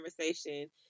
conversation